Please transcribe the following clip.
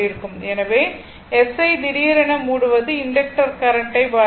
எனவே S2 ஐ திடீரென மூடுவது இண்டக்டர் கரண்ட் ஐ பாதிக்காது